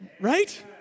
Right